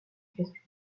question